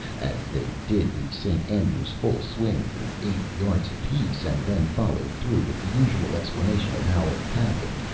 as they did the st. andrews full swing for eighty yards apiece and then followed through with the usual explanations of how it happened,